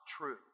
true